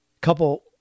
couple